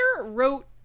wrote